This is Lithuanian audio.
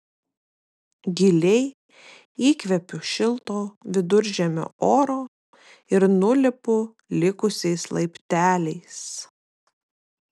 giliai įkvepiu šilto viduržemio oro ir nulipu likusiais laipteliais